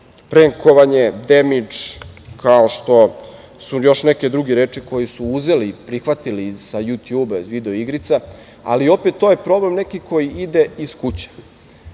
prenkovanje, demidž, kao što su još neke druge reči koje su uzeli i prihvatili sa Jutjuba i video igrica. Ali, opet, to je problem neki koji ide iz kuće. Ono